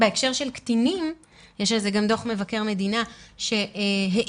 בהקשר של קטינים יש דוח מבקר המדינה שהעיר